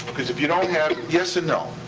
cause if you don't have. yes and no.